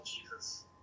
Jesus